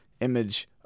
image